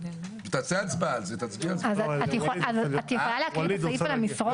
את יכולה לקרוא שוב את הסעיף על המסרון?